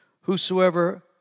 Whosoever